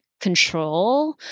control